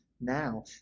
now